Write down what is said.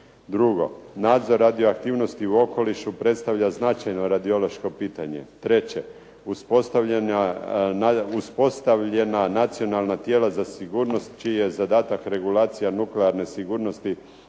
Drugo, nadzor radioaktivnosti u okolišu predstavlja značajno radiološko pitanje. Treće. Uspostavljena nacionalna tijela za sigurnost čiji je zadatak regulacija nuklearne sigurnosti